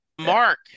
Mark